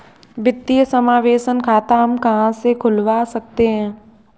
वित्तीय समावेशन खाता हम कहां से खुलवा सकते हैं?